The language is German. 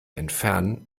entfernen